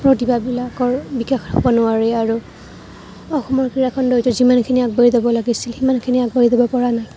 প্ৰতিভাবিলাকৰ বিকাশ হ'ব নোৱাৰে আৰু অসমৰ ক্ৰীড়াখণ্ড এতিয়া যিমানখিনি আগবাঢ়ি যাব লাগিছিল সিমানখিনি আগবাঢ়ি যাব পৰা নাই